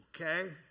okay